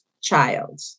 child